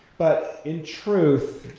but in truth,